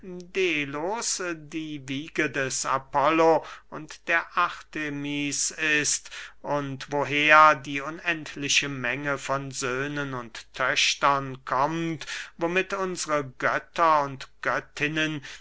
und der artemis ist und woher die unendliche menge von söhnen und töchtern kommt womit unsre götter und göttinnen